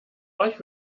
euch